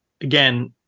again